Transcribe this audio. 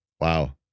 Wow